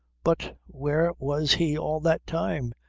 but where was he all that time?